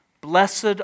Blessed